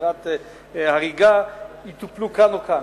עבירת הריגה יטופלו כאן או כאן.